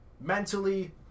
Mentally